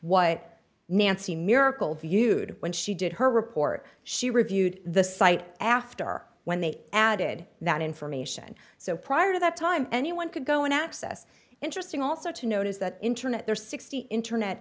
what nancy miracle viewed when she did her report she reviewed the site after when they added that information so prior to that time anyone could go and access interesting also to note is that internet there are sixty internet